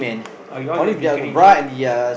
are you all just bikini so